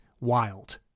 wild